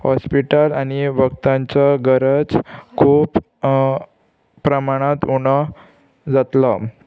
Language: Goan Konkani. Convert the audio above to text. हॉस्पिटल आनी वखदांचो गरज खूब प्रमाणांत उणो जातलो